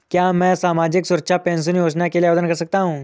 क्या मैं सामाजिक सुरक्षा पेंशन योजना के लिए आवेदन कर सकता हूँ?